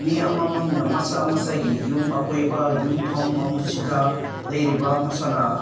ꯃꯤ ꯑꯃꯃꯝꯅ ꯃꯁꯥ ꯃꯁꯥꯒꯤ ꯌꯨꯝ ꯑꯀꯣꯏꯕ ꯌꯨꯝꯐꯝ ꯑꯃꯁꯤꯗ ꯂꯩꯔꯤꯕ ꯃꯁꯥꯅ